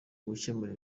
gukemura